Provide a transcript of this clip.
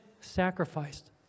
sacrificed